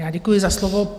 Já děkuji za slovo.